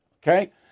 Okay